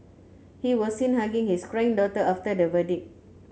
he was seen hugging his crying daughter after the verdict